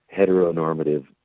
heteronormative